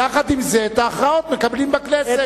יחד עם זה, את ההכרעות מקבלים בכנסת.